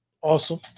awesome